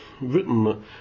written